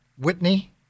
Whitney